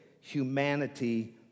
humanity